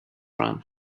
run